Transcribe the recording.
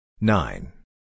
Nine